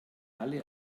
alle